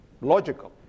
logical